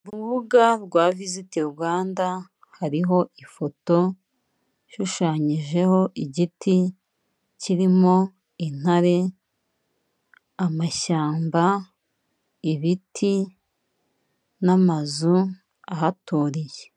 Urubuga rwa viziti Rwanda hariho ifoto ishushanyijeho igiti kirimo intare, amashyamba, ibiti, n'amazu ahaturiye.